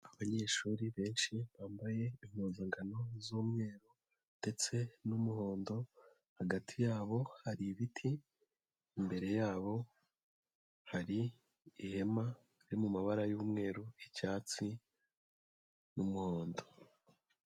Abanyeshuri benshi bambaye impuzankano z'umweru ndetse n'umuhondo, hagati yabo hari ibiti, imbere yabo hari ihema riri mu mabara y'umweru, icyatsi n'umuhondo.